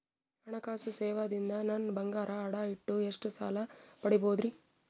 ಹಣಕಾಸು ಸೇವಾ ದಿಂದ ನನ್ ಬಂಗಾರ ಅಡಾ ಇಟ್ಟು ಎಷ್ಟ ಸಾಲ ಪಡಿಬೋದರಿ?